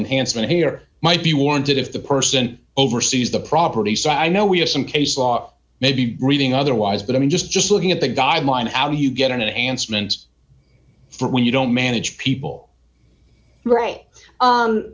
enhancement here might be warranted if the person oversees the property so i know we have some case law maybe reading otherwise but i mean just just looking at the guidelines how do you get an answer and when you don't manage people right